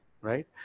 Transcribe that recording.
right